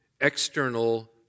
external